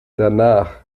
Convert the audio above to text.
danach